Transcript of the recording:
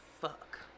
fuck